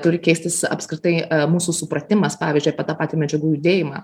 turi keistis apskritai mūsų supratimas pavyzdžiui apie tą patį medžiagų judėjimą